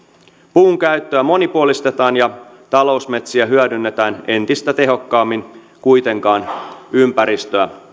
puun käyttöä monipuolistetaan ja talousmetsiä hyödynnetään entistä tehokkaammin kuitenkaan ympäristöä